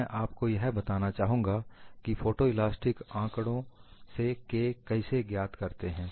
मैं आपको यह बताना चाहूंगा कि फोटोइलास्टिक आंकड़ों से K कैसे ज्ञात करते हैं